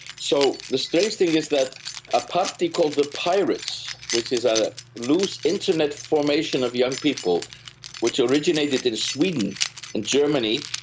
so the strange thing is that a party called the pirates, which is a loose internet formation of young people which originated in sweden and germany,